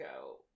go